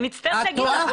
אני מצטערת להגיד לך,